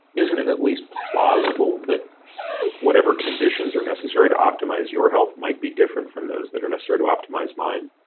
isn't it at least plausible that whatever conditions are necessary to optimize your health might be different from those that are necessary to optimize mine?